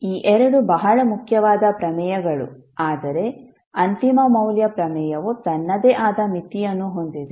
ಆದ್ದರಿಂದ ಈ ಎರಡು ಬಹಳ ಮುಖ್ಯವಾದ ಪ್ರಮೇಯಗಳು ಆದರೆ ಅಂತಿಮ ಮೌಲ್ಯ ಪ್ರಮೇಯವು ತನ್ನದೇ ಆದ ಮಿತಿಯನ್ನು ಹೊಂದಿದೆ